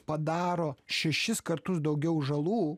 padaro šešis kartus daugiau žalų